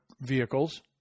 vehicles